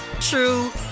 true